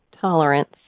tolerance